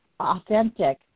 authentic